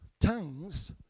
Tongues